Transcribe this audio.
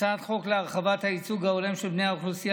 הצעת חוק להרחבת הייצוג ההולם של בני האוכלוסייה